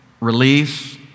release